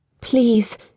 Please